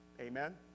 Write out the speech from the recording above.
Amen